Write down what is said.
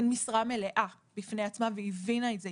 הן משרה מלאה והיא הבינה את זה.